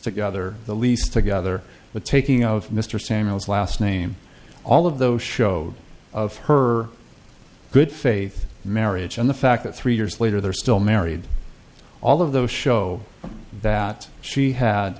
together the lease together the taking of mr samaras last name all of those show of her good faith marriage and the fact that three years later they're still married all of those show that she had